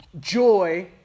joy